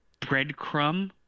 breadcrumb